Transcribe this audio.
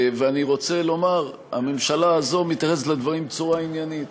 אני רוצה לומר שהממשלה הזאת מתייחסת לדברים בצורה עניינית.